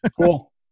Cool